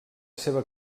seva